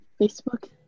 Facebook